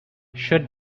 should